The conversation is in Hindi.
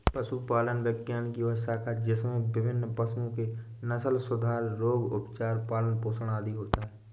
पशुपालन विज्ञान की वह शाखा है जिसमें विभिन्न पशुओं के नस्लसुधार, रोग, उपचार, पालन पोषण आदि होता है